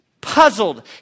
puzzled